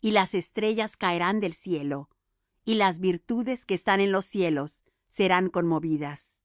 y las estrellas caerán del cielo y las virtudes que están en los cielos serán conmovidas